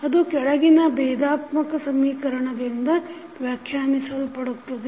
ಅದು ಕೆಳಗಿನ ಭೇದಾತ್ಮಕ ಸಮೀಕರಣದಿಂದ ವ್ಯಾಖ್ಯಾನಿಸಲ್ಪಡುತ್ತದೆ